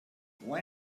why